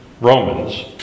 Romans